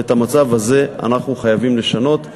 ואת המצב הזה אנחנו חייבים לשנות.